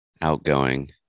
outgoing